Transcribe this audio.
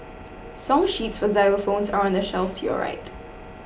song sheets for xylophones are on the shelf to your right